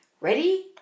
ready